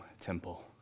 temple